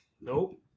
Nope